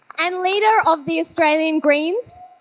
and leader of the australian greens,